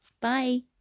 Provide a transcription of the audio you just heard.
Bye